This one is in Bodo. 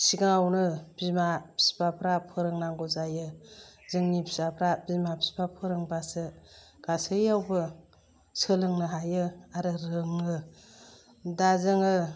सिगाङावनो बिमा फिफाफ्रा फोरोंनांगौ जायो जोंनि फिसाफ्रा बिमा बिफा फोरोंबासो गासैयावबो सोलोंनो हायो आरो रोङो दा जोङो